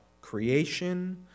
creation